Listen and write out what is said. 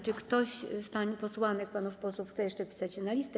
Czy ktoś z pań posłanek i panów posłów chce jeszcze wpisać się na listę?